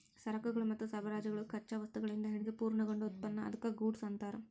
ಸರಕುಗಳು ಮತ್ತು ಸರಬರಾಜುಗಳು ಕಚ್ಚಾ ವಸ್ತುಗಳಿಂದ ಹಿಡಿದು ಪೂರ್ಣಗೊಂಡ ಉತ್ಪನ್ನ ಅದ್ಕ್ಕ ಗೂಡ್ಸ್ ಅನ್ತಾರ